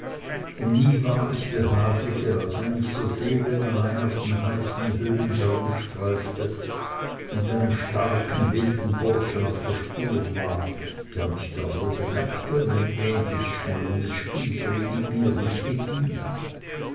und nie war ich behaglicher als wenn ich so seelenallein auf den heißen höhen herumstreifte und einem starken wilden burschen auf der spur war der mich gar wohl bemerkte und ein ähnliches schmollendes spiel trieb mit mir wie ich mit ihm